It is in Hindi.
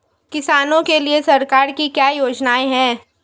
किसानों के लिए सरकार की क्या योजनाएं हैं?